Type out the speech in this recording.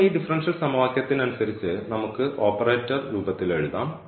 വീണ്ടും ഈ ഡിഫറൻഷ്യൽ സമവാക്യത്തിന് അനുസരിച്ച് നമുക്ക് ഓപ്പറേറ്റർ രൂപത്തിൽ എഴുതാം